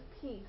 Peace